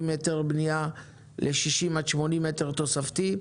עם היתר בנייה ל-60 עד 80 מטר תוספתי.